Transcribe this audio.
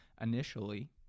initially